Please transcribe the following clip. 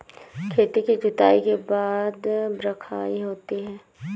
खेती की जुताई के बाद बख्राई होती हैं?